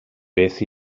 beth